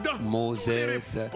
Moses